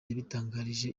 yabitangarije